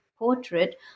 Portrait